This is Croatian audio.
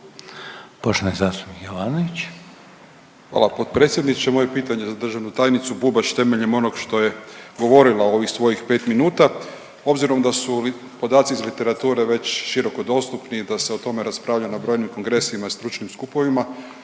**Jovanović, Željko (SDP)** Hvala potpredsjedniče. Moje pitanje za državnu tajnicu Bubaš temeljem onog što je govorila u ovih svojih 5 minuta. Obzirom da su ovi podaci iz literature već široko dostupni i da se o tome raspravlja na brojnim kongresima i stručnim skupovima,